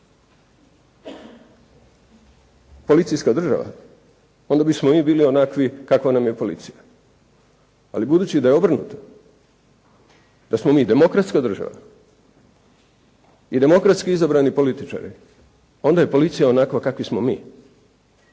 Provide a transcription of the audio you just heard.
koalicijska država onda bismo mi bili onakvi kakva nam je policija. Ali budući da je obrnuto, da smo mi demokratska država i demokratski izabrani političari, onda je policija onakva kakvi smo mi.